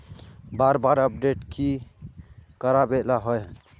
बार बार अपडेट की कराबेला होय है?